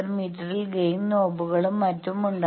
VSWR മീറ്ററിൽ gain നോബുകളും മറ്റും ഉണ്ട്